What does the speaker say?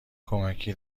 کمکی